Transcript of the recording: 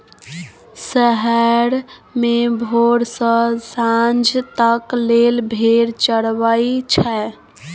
सरेह मे भोर सँ सांझ तक लेल भेड़ चरबई छै